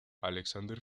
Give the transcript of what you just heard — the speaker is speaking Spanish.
alexander